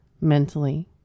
mentally